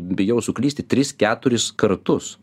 bijau suklysti tris keturis kartus